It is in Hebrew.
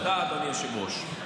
תודה, אדוני היושב-ראש.